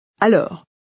Alors